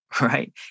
right